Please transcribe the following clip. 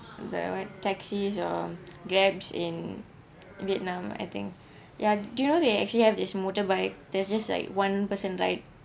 the what taxis or grab in vietnam I think ya do you know they actually have this motorbike there's just like one person ride